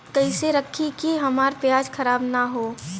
कइसे रखी कि हमार प्याज खराब न हो?